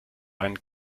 einen